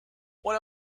what